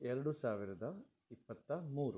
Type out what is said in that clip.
ಎರಡು ಸಾವಿರದ ಇಪ್ಪತ್ತ ಮೂರು